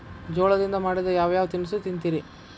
ಜೋಳದಿಂದ ಮಾಡಿದ ಯಾವ್ ಯಾವ್ ತಿನಸು ತಿಂತಿರಿ?